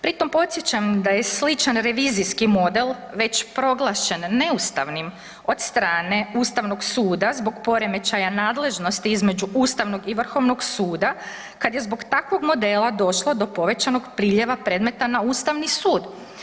Pri tom podsjećam da je sličan revizijski model već proglašen neustavnim od strane ustavnog suda zbog poremećaja nadležnosti između ustavnog i vrhovnog suda kad je zbog takvog modela došlo do povećanog priljeva predmeta na ustavni sud.